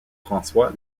françois